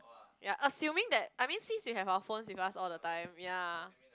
ya assuming that I mean since we have our phones with us all the time ya